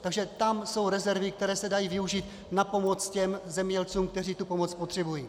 Takže tam jsou rezervy, které se dají využít na pomoc těm zemědělcům, kteří pomoc potřebují.